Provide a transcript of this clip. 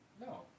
No